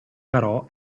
però